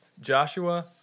Joshua